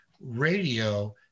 radio